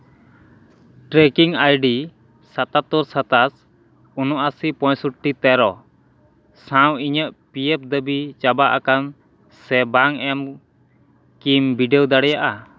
trekking ID ᱥᱟᱛᱟᱛᱛᱚᱨ ᱥᱟᱛᱟᱥ ᱩᱱᱩᱟᱹᱥᱤ ᱯᱚᱭᱥᱚᱴᱴᱤ ᱛᱮᱨᱚ ᱥᱟᱶ ᱤᱧᱟᱹᱜ ᱯᱤ ᱮᱯᱷ ᱫᱟᱹᱵᱤ ᱪᱟᱵᱟ ᱟᱠᱟᱱ ᱥᱮ ᱵᱟᱝ ᱮᱢ ᱠᱤᱢ ᱵᱤᱰᱟᱹᱣ ᱫᱟᱲᱮᱭᱟᱜᱼᱟ